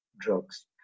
drugs